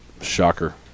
Shocker